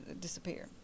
disappear